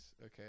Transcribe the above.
okay